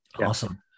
Awesome